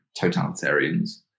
totalitarians